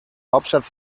hauptstadt